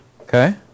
Okay